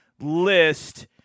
list